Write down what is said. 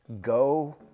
Go